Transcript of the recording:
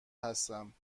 هستم